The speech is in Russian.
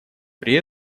при